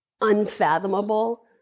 unfathomable